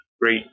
Great